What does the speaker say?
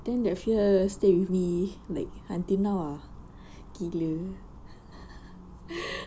then the fear stay with me like until now ah gila